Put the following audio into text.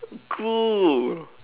cool